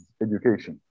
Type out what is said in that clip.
education